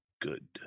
good